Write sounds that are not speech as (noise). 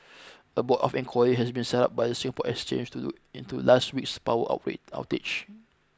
(noise) a board of inquiry has been set up by the Singapore Exchange to do into last week's power outrage outage